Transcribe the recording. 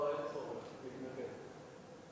לא, אין צורך, לא.